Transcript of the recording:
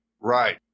Right